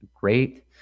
great